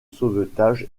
sauvetage